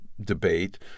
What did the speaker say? debate